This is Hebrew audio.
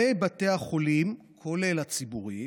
לבתי החולים, כולל הציבוריים,